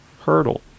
hurdle